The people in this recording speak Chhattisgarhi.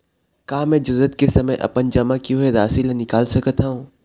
का मैं जरूरत के समय अपन जमा किए हुए राशि ला निकाल सकत हव?